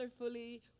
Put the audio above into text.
colorfully